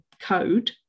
code